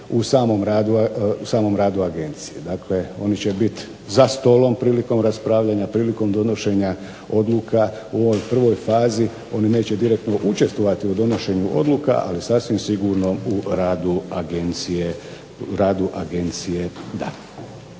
u samom radu agencije. Dakle, oni će biti za stolom prilikom raspravljanja, prilikom donošenja odluka. U ovoj prvoj fazi oni neće direktno učestvovati u donošenju odluka. Ali sasvim sigurno u radu agencije da. Dakle, sam